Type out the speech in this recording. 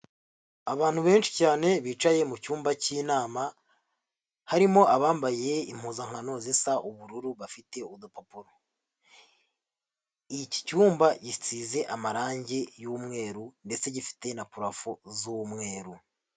Abantu benshi cyane bicaye mu cyumba cy'inama, harimo abambaye impuzankano zisa ubururu bafite udupapuro. Iki cyumba gisize amarangi y'umweru gifite na purofu z'umweru.